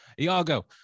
Iago